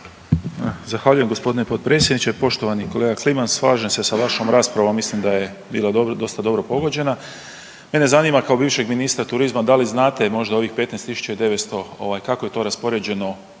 Zahvaljujem gospodine potpredsjedniče. Poštovani kolega Kliman slažem se sa vašom raspravom. Mislim da je bila dosta dobro pogođena. Mene zanima kao bivšem ministra turizma da li znate možda ovih 15 tisuća i 900 kako je to raspoređeno